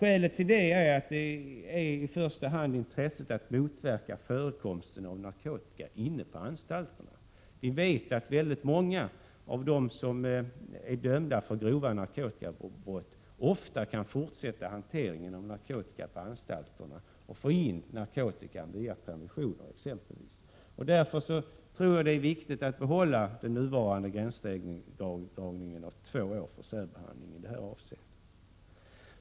Skälet till detta är i första hand intresset av att motverka förekomsten av narkotika inne på anstalterna. Vi vet att många av dem som är dömda för grova narkotikabrott ofta kan fortsätta hanteringen av narkotika på anstalterna och få in narkotika exempelvis via permissioner, och därför är det viktigt att behålla den nuvarande gränsdragningen om två år för särbehandling i detta avseende.